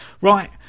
Right